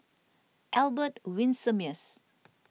Albert Winsemius